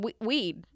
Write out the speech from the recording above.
weed